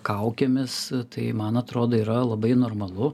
kaukėmis tai man atrodo yra labai normalu